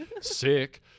Sick